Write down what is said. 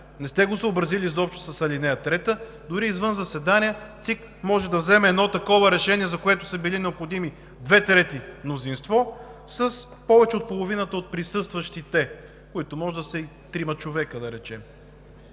не сте го съобразили изобщо с ал. 3, че дори извън заседания ЦИК може да вземе такова решение, за което са били необходими две трети мнозинство, с повече от половината от присъстващите, които могат да са и трима човека, което